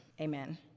Amen